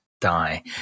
die